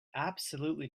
absolutely